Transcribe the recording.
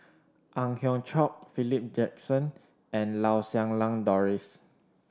Ang Hiong Chiok Philip Jackson and Lau Siew Lang Doris